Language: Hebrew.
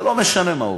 לא משנה מה העובדות.